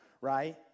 right